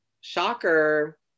shocker